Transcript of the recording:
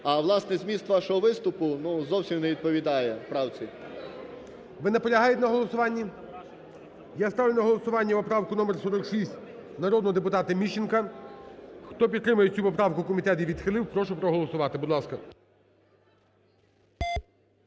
А, власне, зміст вашого виступу зовсім не відповідає правці. ГОЛОВУЮЧИЙ. Ви наполягаєте на голосуванні? Я ставлю на голосування поправку номер 46 народного депутата Міщенка. Хто підтримує цю поправку, комітет її відхилив, прошу проголосувати. Будь ласка.